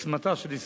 בעוצמתה של ישראל,